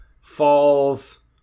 falls